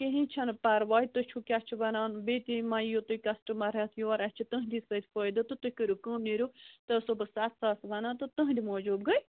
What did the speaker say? کِہیٖنٛۍ چھَ نہٕ پرواے تۅہہِ چھِو کیٛاہ چھُ ونان بیٚیہِ تہِ ما ییو تُہۍ کسٹٕمر ہٮ۪تھ یوٚر اَسہِ چھُ تُہٕنٛدی سۭتۍ فٲیدٕ تہٕ تُہۍ کٔرِو کٲم نیٖرِو تہٕ صُبحس ستھ ساس ونان تہٕ تُہٕنٛدِ موٗجوٗب گٔے